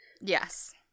Yes